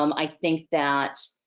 um i think that,